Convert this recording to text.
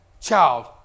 child